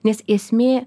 nes esmė